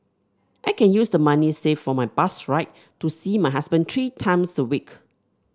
I can use the money saved for my bus ride to see my husband three times a week